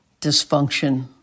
dysfunction